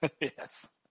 Yes